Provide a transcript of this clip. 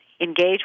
engage